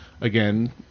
Again